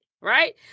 Right